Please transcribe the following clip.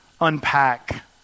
unpack